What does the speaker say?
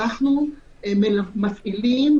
אנחנו מפעילים,